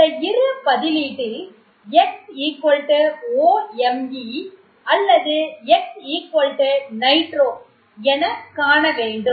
இந்த இரு பதிலீட்டில் XOMe அல்லது X Nitroவா என காண வேண்டும்